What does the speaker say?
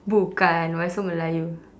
bukan why so melayu